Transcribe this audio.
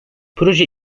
proje